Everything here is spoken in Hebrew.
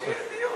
שיהיה דיון.